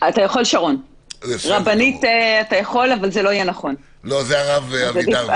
קודם כל, תודה שאת עולה